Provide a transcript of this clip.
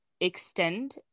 extend